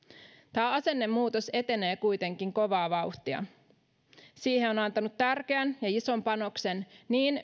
tämä asennemuutos etenee kuitenkin kovaa vauhtia siihen on antanut tärkeän ja ison panoksen niin